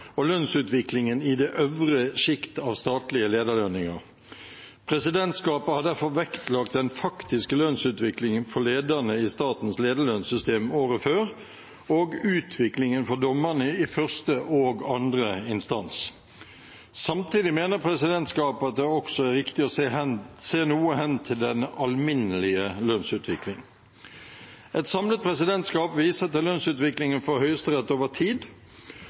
og lønnsutviklingen i det øvre sjikt av statlige lederlønninger. Presidentskapet har derfor vektlagt den faktiske lønnsutviklingen for lederne i statens lederlønnssystem året før og utviklingen for dommerne i første og andre instans. Samtidig mener presidentskapet at det også er riktig å se noe hen til den alminnelige lønnsutviklingen. Et samlet presidentskap viser til lønnsutviklingen for Høyesterett over tid